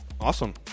Awesome